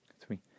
three